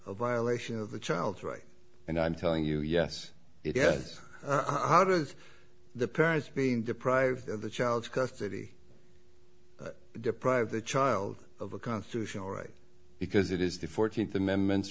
a violation of the child's right and i'm telling you yes if yes how does the parents being deprived of the child custody deprive the child of a constitutional right because it is the fourteenth amendment